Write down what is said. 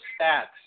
stats